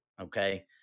okay